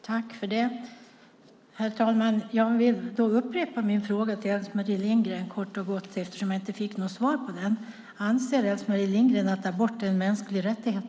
Herr talman! Jag får kort och gott upprepa min fråga till Else-Marie Lindgren, eftersom jag inte fick något svar: Anser Else-Marie Lindgren att abort är en mänsklig rättighet?